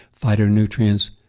phytonutrients